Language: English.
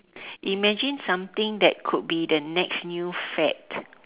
imagine something that could be the next new fad